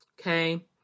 okay